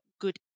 good